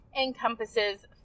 encompasses